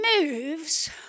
moves